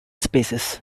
spaces